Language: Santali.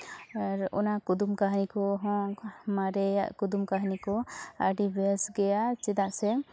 ᱟᱨ ᱚᱱᱟ ᱠᱩᱫᱩᱢ ᱠᱟᱦᱱᱤ ᱠᱚᱦᱚᱸ ᱢᱟᱨᱮᱭᱟᱜ ᱠᱩᱫᱩᱢ ᱠᱟᱹᱦᱱᱤ ᱠᱚ ᱟᱨ ᱟᱹᱰᱤ ᱵᱮᱥ ᱜᱮᱭᱟ ᱪᱮᱫᱟᱜ ᱥᱮ